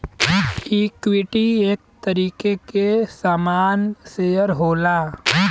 equity एक तरीके के सामान शेअर होला